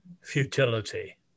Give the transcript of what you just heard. futility